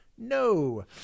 no